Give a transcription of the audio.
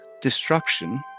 destruction